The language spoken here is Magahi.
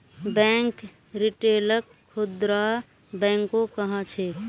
बैंक रिटेलक खुदरा बैंको कह छेक